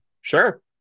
sure